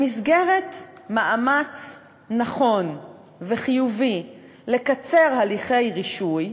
במסגרת מאמץ נכון וחיובי לקצר הליכי רישוי,